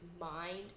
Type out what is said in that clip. mind